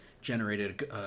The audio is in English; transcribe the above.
generated